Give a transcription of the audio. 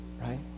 right